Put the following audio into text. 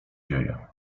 dzieje